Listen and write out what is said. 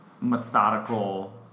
methodical